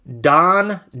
Don